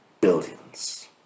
billions